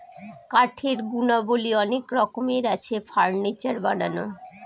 কাঠের গুণাবলী অনেক রকমের আছে, ফার্নিচার বানানো